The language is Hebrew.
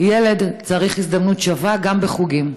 ילד צריך הזדמנות שווה גם בחוגים.